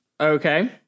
Okay